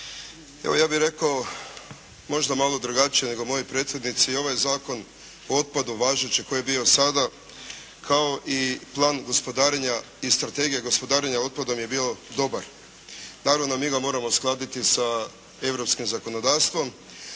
Evo ja bih rekao možda malo drugačije nego moji prethodnici, ovaj Zakon o otpadu važeći koji je bio sada kao i Plan gospodarenja i Strategija gospodarenja otpadom je bio dobar. Naravno mi ga moramo uskladiti sa europskim zakonodavstvom